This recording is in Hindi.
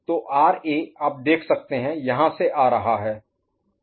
तो आरए आप देख सकते हैं यहां से आ रहा है